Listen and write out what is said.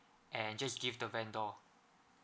and just give the vendor